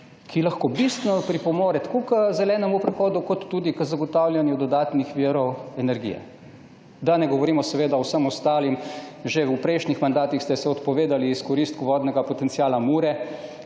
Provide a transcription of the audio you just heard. ki lahko bistveno pripomore tako k zelenemu prehodu kot tudi k zagotavljanju dodatnih virov energije. Da ne govorim o vseh ostalih. Že v prejšnjih mandatih ste se odpovedali izkoristku vodnega potenciala Mure